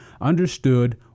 understood